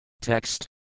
Text